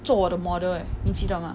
做我的 model eh 你记得吗